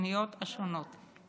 התוכניות השונות.